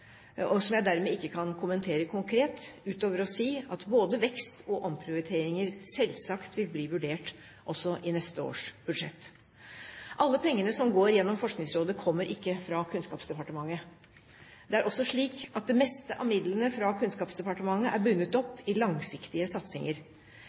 som jeg dermed ikke kan kommentere konkret, utover å si at både vekst og omprioriteringer selvsagt vil bli vurdert også i neste års budsjett. Alle pengene som går gjennom Forskningsrådet, kommer ikke fra Kunnskapsdepartementet. Det er også slik at det meste av midlene fra Kunnskapsdepartementet er bundet